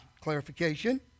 clarification